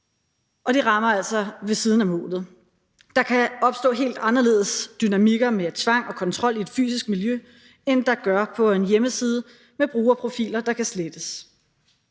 Og det rammer altså ved siden af målet. Der kan opstå helt anderledes dynamikker med tvang og kontrol i et fysisk miljø, end der gør på en hjemmeside med brugerprofiler, der kan slettes.